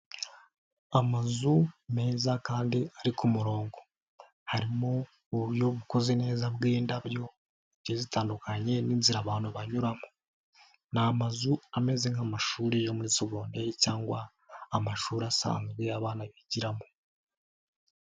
Amazu meza kandi ari ku murongo harimo uburyo bukoze neza bw'indabyo zigiye zitandukanye n'inzira abantu banyura, ni amazu ameze nk'amashuri yo muri segonderi cyangwa amashuri asanzwe abana bigiramo.